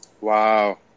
Wow